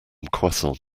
croissant